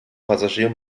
passagier